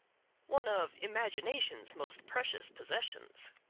one of imagination's most precious possessions.